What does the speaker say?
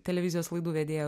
televizijos laidų vedėją